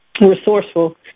resourceful